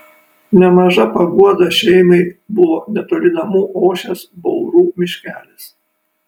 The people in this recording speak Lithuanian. nemaža paguoda šeimai buvo netoli namų ošęs baurų miškelis